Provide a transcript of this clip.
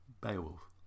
Beowulf